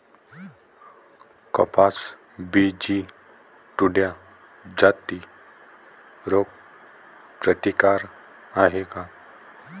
कपास BG two ह्या जाती रोग प्रतिकारक हाये का?